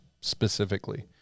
specifically